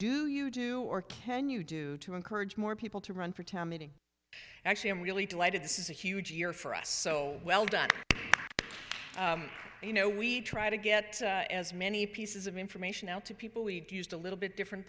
do you do or can you do to encourage more people to run for town meeting actually i'm really delighted this is a huge year for us so well done you know we try to get as many pieces of information out to people we do used a little bit different